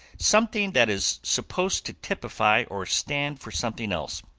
something that is supposed to typify or stand for something else.